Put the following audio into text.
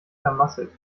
vermasselt